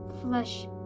flesh